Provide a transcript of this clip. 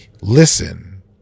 Listen